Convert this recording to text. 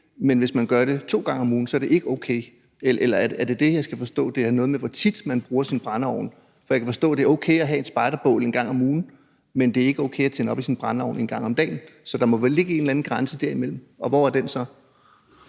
men hvis man gør det to gange om ugen, er det ikke okay? Skal jeg forstå det sådan, at det er noget med, hvor tit man bruger sin brændeovn? For jeg kan forstå, at det er okay at have et spejderbål en gang om ugen, men at det ikke er okay at tænde op i sin brændeovn en gang om dagen, så der må vel ligge en eller anden grænse derimellem, og hvor er den så?